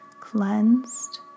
cleansed